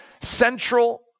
central